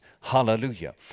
Hallelujah